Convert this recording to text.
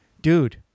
dude